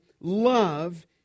love